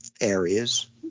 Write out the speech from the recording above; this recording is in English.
areas